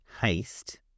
haste